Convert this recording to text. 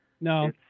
No